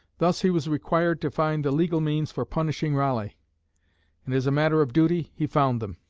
thus he was required to find the legal means for punishing raleigh and, as a matter of duty, he found them.